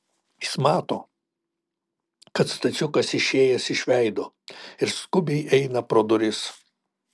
jis mato kad stasiukas išėjęs iš veido ir skubiai eina pro duris